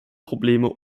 probleme